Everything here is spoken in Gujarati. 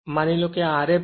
માની લો આ Rf છે